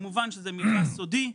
כמובן שזה מידע סודי,